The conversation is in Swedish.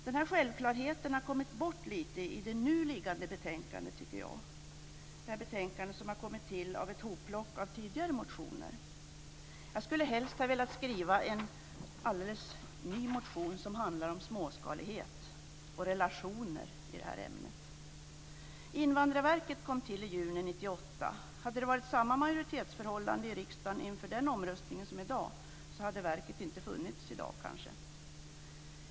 Den självklarheten har kommit bort lite i det nu liggande betänkandet. Betänkandet har kommit till av ett hopplock av tidigare motioner. Jag skulle helst ha velat skriva en alldeles ny motion som handlar om småskalighet och relationer i det här ämnet. Invandrarverket kom till i juni 1998. Hade det varit samma majoritetsförhållande i riksdagen inför den omröstningen som i dag hade verket kanske inte funnits i dag.